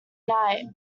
night